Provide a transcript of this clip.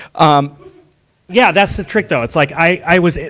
um yeah, that's the trick though. it's like, i, i was in,